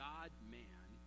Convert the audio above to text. God-man